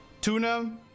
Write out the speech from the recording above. Tuna